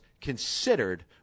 considered